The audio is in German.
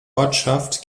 ortschaft